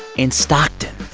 in stockton,